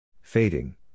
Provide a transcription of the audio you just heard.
Fading